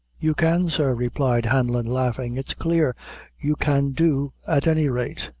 you can, sir, replied hanlon, laughing it's clear you can do at any rate.